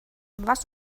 was